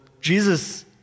Jesus